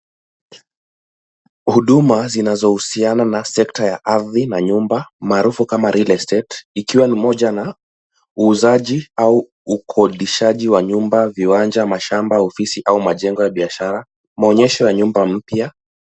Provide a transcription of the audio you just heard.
Huduma zinazohusiana na sekta ya ardhi na nyumba maarufu kama real estate ikiwa ni moja na uuzaji au ukodishaji wa nyumba, viwanja, mashamba, ofisi au majengo ya biashara. Maonyesho ya nyumba mpya.